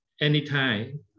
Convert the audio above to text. anytime